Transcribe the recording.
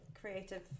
creative